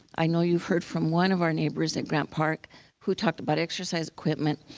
i know you've heard from one of our neighbors at grant park who talked about exercise equipment.